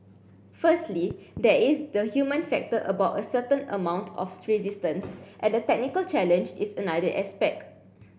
firstly there is the human factor about a certain amount of resistance and the technical challenge is another aspect